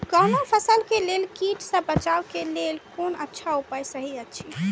कोनो फसल के लेल कीट सँ बचाव के लेल कोन अच्छा उपाय सहि अछि?